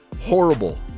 horrible